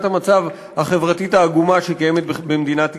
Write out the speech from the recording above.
המצב החברתית העגומה שקיימת במדינת ישראל.